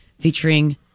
featuring